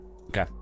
Okay